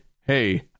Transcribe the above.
hey